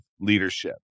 leadership